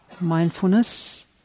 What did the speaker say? mindfulness